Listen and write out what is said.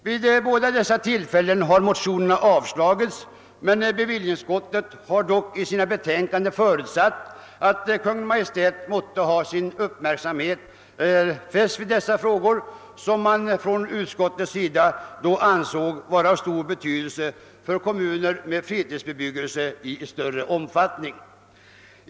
Vid båda dessa tillfällen har motionerna avslagits, men bevillningsutskottet har dock i sina betänkanden förutsatt att Kungl. Maj:t skulle ha sin uppmärksamhet fäst vid dessa frågor, som utskottet ansett ha stor betydelse för kommuner med fritidsbebyggelse av större omfattning.